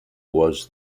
was